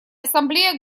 ассамблея